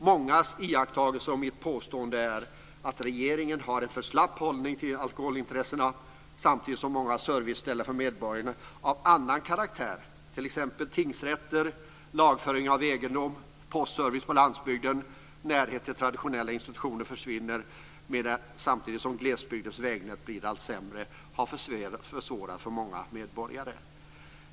Mångas iakttagelse och mitt påstående är: Regeringen har en för slapp inställning till alkoholintressena. Många serviceställen för medborgarna av annan karaktär som t.ex. tingsrätter, registrering av egendom, postservice på landsbygden och närhet till traditionella institutioner försvinner samtidigt som glesbygdens vägnät blir allt sämre. Det har försvårat för många medborgare.